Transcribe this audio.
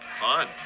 fun